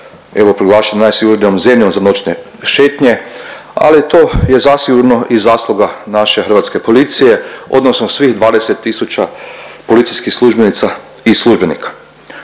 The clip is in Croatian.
Evo proglašena je najsigurnijom zemljom za noćne šetnje ali i to je zasigurno i zasluga naše Hrvatske policije odnosno svih 20 tisuća policijskih službenica i službenika.